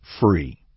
free